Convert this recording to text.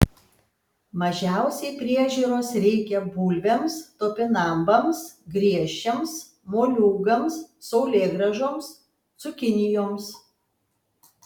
mažiausiai priežiūros reikia bulvėms topinambams griežčiams moliūgams saulėgrąžoms cukinijoms